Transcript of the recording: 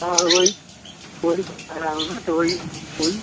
हाँ हाँ वही बता रहा हूँ ना तो वही वही